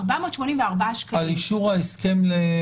על אישור ההסכם?